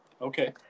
Okay